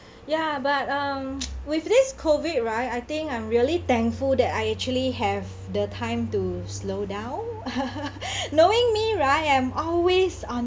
ya but um with this COVID right I think I'm really thankful that I actually have the time to slow down knowing me right I'm always on